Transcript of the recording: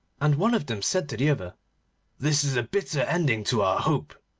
and one of them said to the other this is a bitter ending to our hope,